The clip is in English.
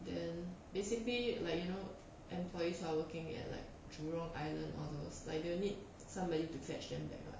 then basically like you know employees are working at like jurong island all those like they'll need somebody to fetch them back [what]